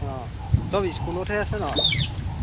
অঁ চব স্কুলতহে আছে ন